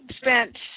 spent